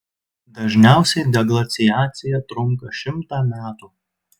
dažniausiai deglaciacija trunka šimtą metų